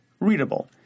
readable